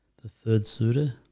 the third suitor